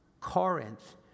Corinth